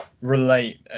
relate